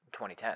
2010